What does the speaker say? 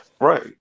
Right